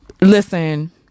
Listen